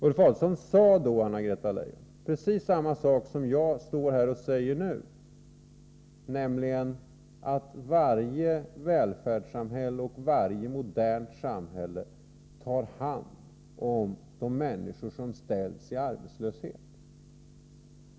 Ulf Adelsohn sade då, Anna-Greta Leijon, precis samma sak som jag står här och säger nu, nämligen att varje välfärdssamhälle och varje modernt samhälle tar hand om de människor som ställs i arbetslöshet.